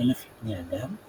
50,000 בני אדם;